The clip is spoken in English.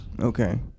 Okay